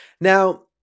now